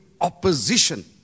opposition